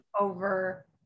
over